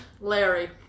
Larry